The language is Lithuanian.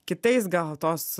kitais gal tos